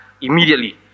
immediately